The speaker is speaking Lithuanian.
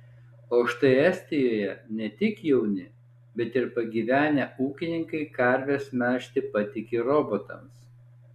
o štai estijoje ne tik jauni bet ir pagyvenę ūkininkai karves melžti patiki robotams